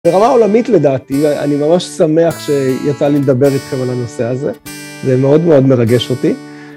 ברמה עולמית לדעתי, ואני ממש שמח שיצא לי לדבר איתכם על הנושא הזה, זה מאוד מאוד מרגש אותי.